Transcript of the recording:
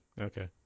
Okay